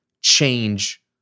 change